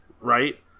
right